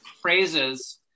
phrases